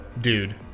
dude